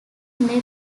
may